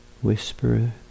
whisper